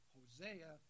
Hosea